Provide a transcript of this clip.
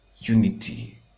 unity